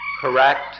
Correct